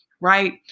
Right